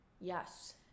Yes